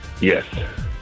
Yes